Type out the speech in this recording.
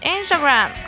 Instagram